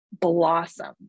blossom